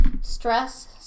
stress